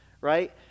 right